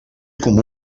comú